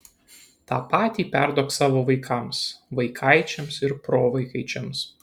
tą patį perduok savo vaikams vaikaičiams ir provaikaičiams